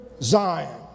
Zion